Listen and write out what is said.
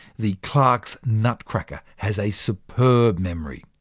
the clark's nutcracker has a superb memory.